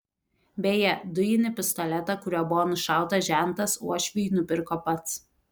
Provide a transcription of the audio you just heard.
beje dujinį pistoletą kuriuo buvo nušautas žentas uošviui nupirko pats